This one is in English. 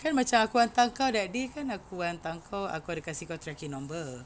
kan macam aku hantar kau that day kan aku hantar kau aku ada kasi kau tracking number